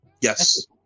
Yes